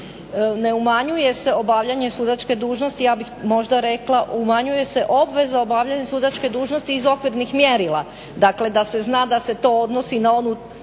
Ne umanjuje se obavljanje sudačke dužnosti ja bih možda rekla umanjuje se obveza u obavljanju sudačke dužnosti iz okvirnih mjerila, dakle da se zna da se to odnosi na onu